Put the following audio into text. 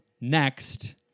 next